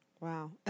Wow